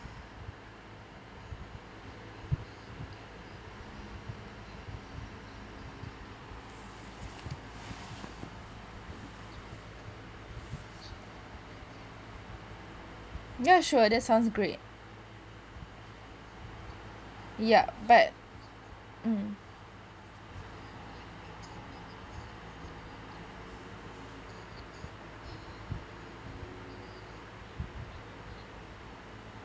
ya sure that sounds great yup but mm